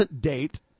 date